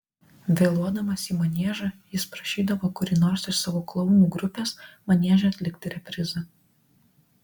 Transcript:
vėluodamas į maniežą jis prašydavo kurį nors iš savo klounų grupės manieže atlikti reprizą